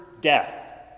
death